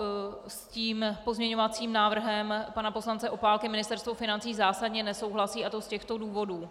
S tím pozměňovacím návrhem pana poslance Opálky Ministerstvo financí zásadně nesouhlasí, a to z těchto důvodů.